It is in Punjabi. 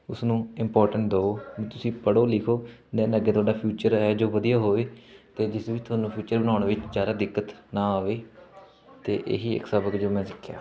ਉਸਨੂੰ ਇੰਪੋਰਟੈਂਟ ਦਿਉ ਤੁਸੀਂ ਪੜ੍ਹੋ ਲਿਖੋ ਦੈਨ ਅੱਗੇ ਤੁਹਾਡਾ ਫਿਊਚਰ ਹੈ ਜੋ ਵਧੀਆ ਹੋਵੇ ਅਤੇ ਜਿਸ ਵਿੱਚ ਤੁਹਾਨੂੰ ਫਿਊਚਰ ਬਣਾਉਣ ਵਿੱਚ ਜ਼ਿਆਦਾ ਦਿੱਕਤ ਨਾ ਆਵੇ ਅਤੇ ਇਹੀ ਇੱਕ ਸਬਕ ਜੋ ਮੈਂ ਸਿੱਖਿਆ